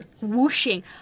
whooshing